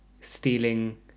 stealing